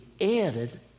added